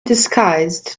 disguised